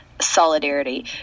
solidarity